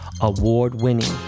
award-winning